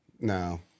No